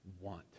want